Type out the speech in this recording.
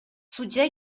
судья